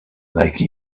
like